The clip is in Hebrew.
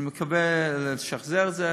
אני מקווה לשחזר את זה,